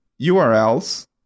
URLs